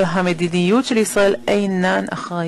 בסיס שהוא תנאי בל יעבור